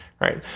Right